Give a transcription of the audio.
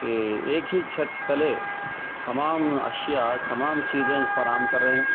کہ ایک ہی چھت تلے تمام اشیاء تمام چیزیں فراہم کر رہے ہیں